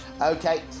Okay